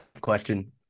question